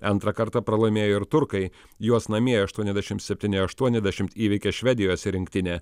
antrą kartą pralaimėjo ir turkai juos namie aštuoniasdešim septyni aštuoniasdešimt įveikė švedijos rinktinė